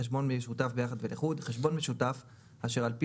"חשבון משותף ביחד ולחוד" חשבון משותף אשר על פי